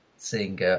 Seeing